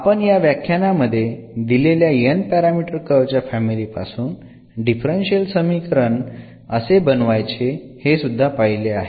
आपण या व्याख्यानामध्ये दिलेल्या n पॅरामीटर कर्व च्या फॅमिली पासून डिफरन्शियल समीकरण असे बनवायचे हे सुद्धा पहिले आहे